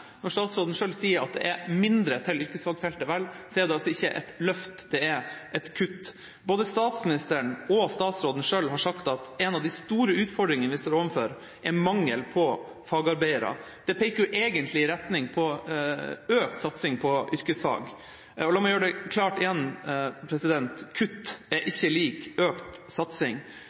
statsråden selv at det er mindre til yrkesfagfeltet – vel, det er altså ikke et løft, det er kutt. Både statsministeren og statsråden selv har sagt at en av de store utfordringene vi står overfor, er mangel på fagarbeidere. Det peker egentlig i retning av økt satsing på yrkesfag. La meg gjøre det klart igjen: Kutt er ikke lik økt satsing.